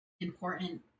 important